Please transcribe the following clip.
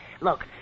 Look